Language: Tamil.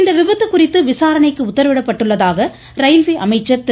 இந்த விபத்து குறித்து விசாரணைக்கு உத்தரவிடப்பட்டுள்ளதாக ரயில்வே அமைச்சர் திரு